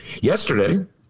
Yesterday